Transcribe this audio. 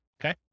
Okay